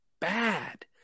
bad